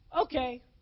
okay